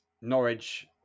Norwich